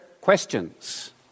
questions